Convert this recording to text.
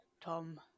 Tom